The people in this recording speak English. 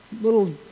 little